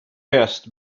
best